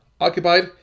occupied